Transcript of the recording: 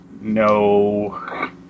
no